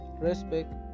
Respect